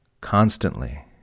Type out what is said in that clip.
constantly